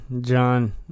John